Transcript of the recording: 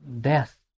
death